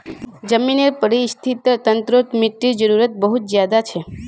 ज़मीनेर परिस्थ्तिर तंत्रोत मिटटीर जरूरत बहुत ज़्यादा छे